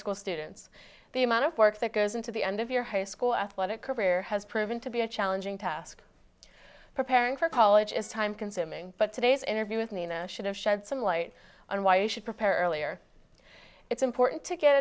school students the amount of work that goes into the end of your high school athletic career has proven to be a challenging task preparing for college is time consuming but today's interview with nina should have shed some light on why you should prepare earlier it's important to get